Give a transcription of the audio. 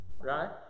Right